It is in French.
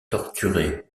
torturée